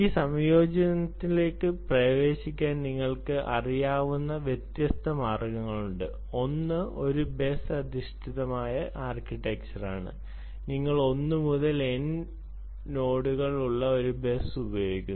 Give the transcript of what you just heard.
ഈ സംയോജനത്തിലേക്ക് പ്രവേശിക്കാൻ നിങ്ങൾക്ക് അറിയാവുന്ന വ്യത്യസ്ത മാർഗങ്ങളുണ്ട് ഒന്ന് ഒരു ബസ് അധിഷ്ഠിത ആർക്കിടെക്ചർ ആണ് നിങ്ങൾ 1 മുതൽ n നോഡുകൾ ഉള്ള ഒരു ബസ് ഉപയോഗിക്കുന്നു